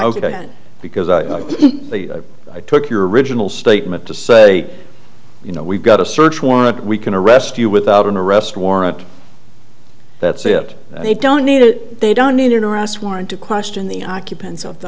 going because i i took your original statement to say you know we've got a search warrant we can arrest you without an arrest warrant that's it they don't need it they don't need an arrest warrant to question the occupants of the